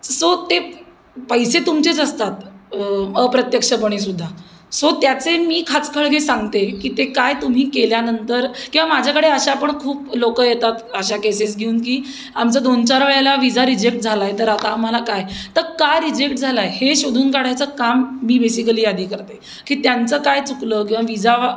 so ते पैसे तुमचेच असतात अप्रत्यक्षपणेसुद्धा सो त्याचे मी खाचखळगे सांगते की ते काय तुम्ही केल्यानंतर किंवा माझ्याकडे अशा पण खूप लोकं येतात अशा केसेस घेऊन की आमचा दोन चार वेळेला विजा रिजेक्ट झाला आहे तर आता आम्हाला काय तर का रिजेक्ट झाला आहे हे शोधून काढायचं काम मी बेसिकली यादी करते की त्यांचं काय चुकलं किंवा विजा